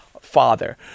father